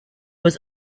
was